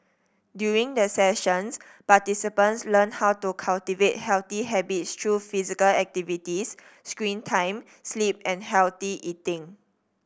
during the sessions participants learn how to cultivate healthy habits through physical activities screen time sleep and healthy eating